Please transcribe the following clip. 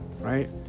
right